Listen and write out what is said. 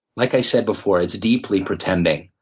like i said before, it's deeply pretending.